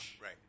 Right